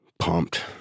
pumped